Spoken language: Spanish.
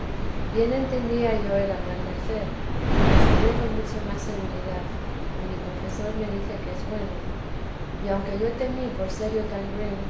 bien entendía yo era gran merced mas quedé con mucha más seguridad y mi confesor me dice que es bueno y aunque yo temí por ser yo tan